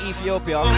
Ethiopia